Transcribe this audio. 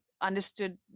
understood